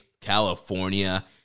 California